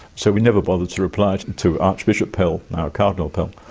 so we never bothered to reply to archbishop pell, now cardinal pell,